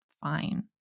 fine